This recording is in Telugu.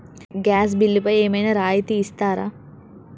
గ్యాస్ బిల్లుపై ఏమైనా రాయితీ ఇస్తారా?